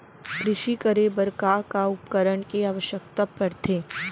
कृषि करे बर का का उपकरण के आवश्यकता परथे?